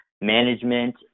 management